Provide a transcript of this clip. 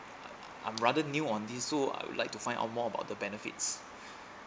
I'm rather new on this so I would like to find out more about the benefits